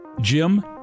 Jim